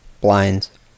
blinds